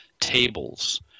tables